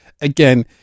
again